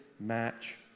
match